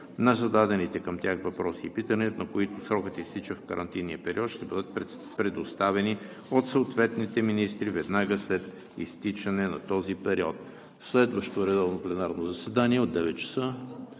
на зададените към тях въпроси и питания, на които срокът изтича в карантинния период, ще бъдат предоставени от съответните министри веднага след изтичане на този период. Следващо редовно пленарно заседание – от 9,00 часа